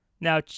Now